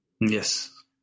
yes